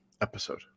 episode